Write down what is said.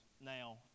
now